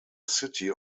city